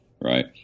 Right